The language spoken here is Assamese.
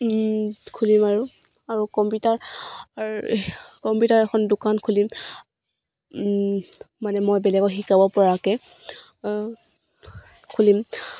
খুলিম আৰু আৰু কম্পিউটাৰ কম্পিউটাৰ এখন দোকান খুলিম মানে মই বেলেগক শিকাব পৰাকৈ খুলিম